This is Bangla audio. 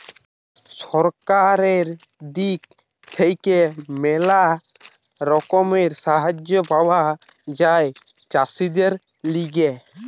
সরকারের দিক থেকে ম্যালা রকমের সাহায্য পাওয়া যায় চাষীদের লিগে